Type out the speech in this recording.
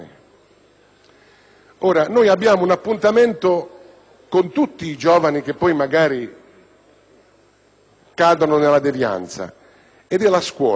Noi abbiamo un appuntamento con tutti i giovani che poi magari cadono nella devianza: questo